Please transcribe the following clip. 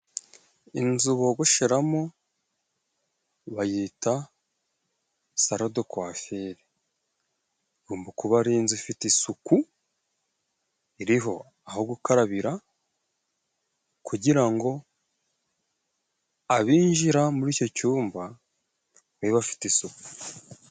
Inzu bogosheramo bayita salodokuwafire, igomba kuba ari inzu ifite isuku, iriho aho gukarabira kugira ngo abinjira muri icyo cyumba babe bafite isuku.